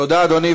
תודה, אדוני.